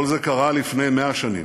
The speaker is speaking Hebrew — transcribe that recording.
כל זה קרה לפני 100 שנים.